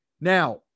Now